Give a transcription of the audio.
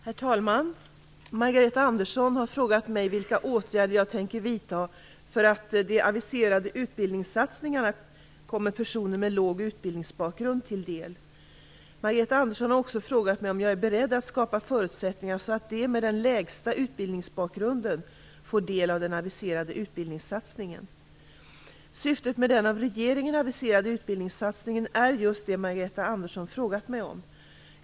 Herr talman! Margareta Andersson har frågat mig vilka åtgärder jag tänker vidta för att de aviserade utbildningssatsningarna skall komma personer med låg utbildningsbakgrund till del. Margareta Andersson har också frågat mig om jag är beredd att skapa förutsättningar så att de med den lägsta utbildningsbakgrunden får del av den aviserade utbildningssatsningen. Syftet med den av regeringen aviserade utbildningssatsningen är just det som Margareta Andersson frågar mig om.